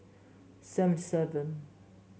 seven seven